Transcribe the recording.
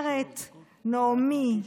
אומרת נעמי: